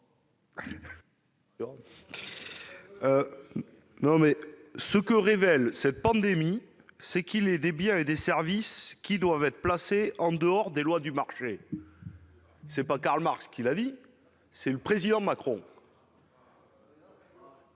vote. « Ce que révèle cette pandémie, c'est qu'il est des biens et des services qui doivent être placés en dehors des lois du marché. » Ce n'est pas Karl Marx qui a dit cela ; c'est le président Macron